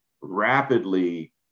rapidly